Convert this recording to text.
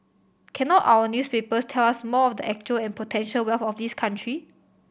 cannot our newspapers tell us more of the actual and potential wealth of this country